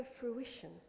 fruition